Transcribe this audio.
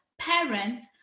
parent